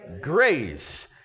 grace